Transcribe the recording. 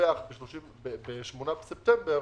לדווח ב-8 בספטמבר